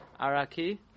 Araki